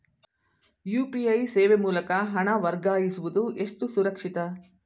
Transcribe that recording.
UPI ಸೇವೆ ಮೂಲಕ ಹಣ ವರ್ಗಾಯಿಸುವುದು ಎಷ್ಟು ಸುರಕ್ಷಿತ?